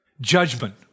Judgment